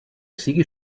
sigui